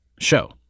show